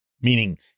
meaning